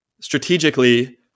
strategically